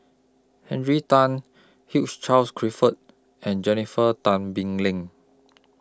Henry Tan Hugh Charles Clifford and Jennifer Tan Bee Leng